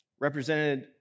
represented